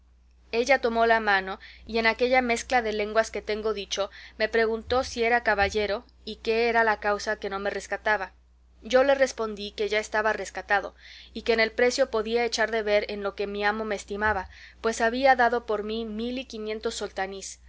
ella tomó la mano y en aquella mezcla de lenguas que tengo dicho me preguntó si era caballero y qué era la causa que no me rescataba yo le respondí que ya estaba rescatado y que en el precio podía echar de ver en lo que mi amo me estimaba pues había dado por mí mil y quinientos